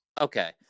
Okay